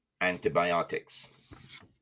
antibiotics